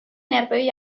nerbioi